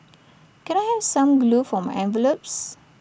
can I have some glue for my envelopes